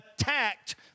attacked